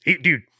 Dude